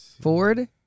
Ford